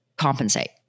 compensate